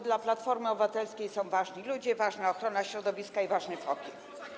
Dla Platformy Obywatelskiej są ważni ludzie, jest ważna ochrona środowiska i są ważne foki.